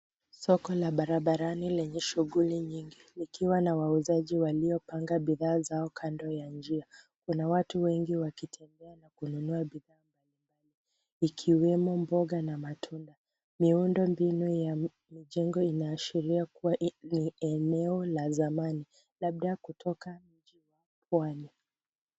Soko la barabarani lenye shughuli nyingi likiwa na wauzaji waliopanga bidhaa zao kando ya njia. Kuna watu wengi wakitembea na kununua bidhaa mbali mbali ikiwemo mboga na matunda. Miundo mbinu ya mjengo inaashiria kua ni eneo la zamani labda kutoka mji wa Kwale.